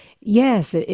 yes